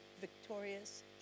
victorious